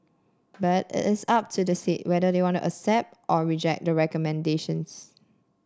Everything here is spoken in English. but it is up to the state whether they want to accept or reject the recommendations